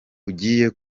ugiye